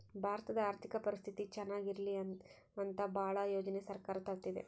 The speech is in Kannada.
ಭಾರತದ ಆರ್ಥಿಕ ಪರಿಸ್ಥಿತಿ ಚನಾಗ ಇರ್ಲಿ ಅಂತ ಭಾಳ ಯೋಜನೆ ಸರ್ಕಾರ ತರ್ತಿದೆ